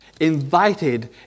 invited